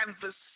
canvas